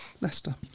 Leicester